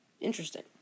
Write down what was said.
interesting